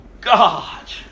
God